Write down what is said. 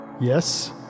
Yes